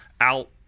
out